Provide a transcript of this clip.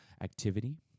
activity